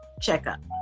checkup